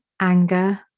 anger